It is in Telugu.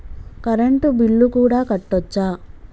కరెంటు బిల్లు కూడా కట్టొచ్చా?